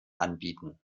anbieten